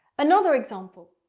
another example,